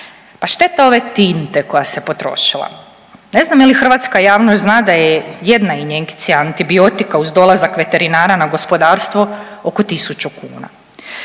Pa šteta ove tinte koja se potrošila. Ne znam je li hrvatska javnost zna da je jedna injekcija antibiotika uz dolazak veterinara na gospodarstvo oko 1.000 kuna.